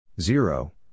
zero